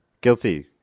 Guilty